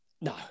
No